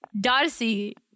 Darcy